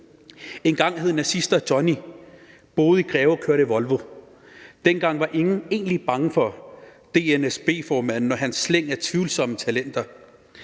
Engang hed nazister Jonni, boede i Greve og kørte i Volvo. Dengang var ingen egentlig bange for DNSB-formanden og hans slæng af tvivlsomme talenter.